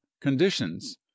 conditions